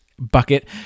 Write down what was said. Bucket